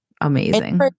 Amazing